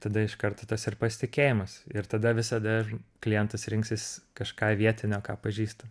tada iš karto tas ir pasitikėjimas ir tada visada klientas rinksis kažką vietinio ką pažįsta